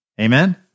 Amen